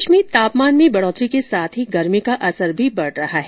प्रदेश में तापमान में बढ़ोतरी के साथ ही गर्मी का असर भी बढ़ रहा है